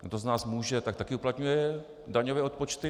Kdo z nás může, tak také uplatňuje daňové odpočty.